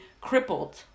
crippled